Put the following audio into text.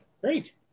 great